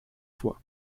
fois